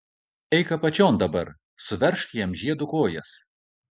eik apačion dabar suveržk jam žiedu kojas